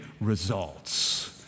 results